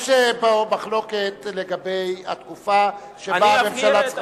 יש פה מחלוקת לגבי התקופה שבה הממשלה צריכה,